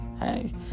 Hey